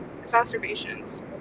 exacerbations